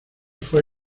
fue